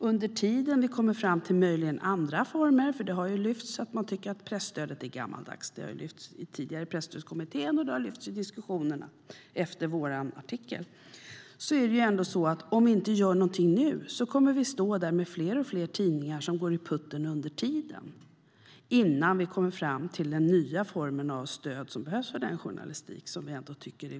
Under tiden vi kommer fram till en ny form av stöd som behövs för den journalistik vi ändå tycker är viktig - att presstödet är gammaldags har lyfts fram i den tidigare Presstödskommittén och i diskussionerna som kom efter vår artikel - kommer fler och fler tidningar att gå i putten om vi inte gör något nu.